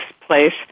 place